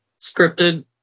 scripted